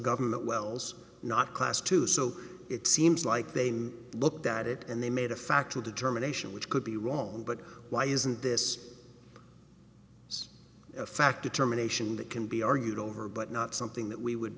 government wells not class two so it seems like they looked at it and they made a factual determination which could be wrong but why isn't this fact determination that can be argued over but not something that we would